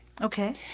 Okay